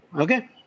okay